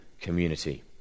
community